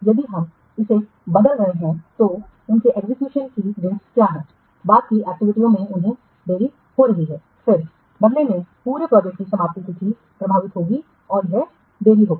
यदि हम इसे बदल रहे हैं तो उनके निष्पादन की डेटस क्या हैं बाद की एक्टिविटीयों में उन्हें देरी हो रही है फिर बदले में पूरी प्रोजेक्ट की समाप्ति तिथि प्रभावित होगी और यह देरी होगी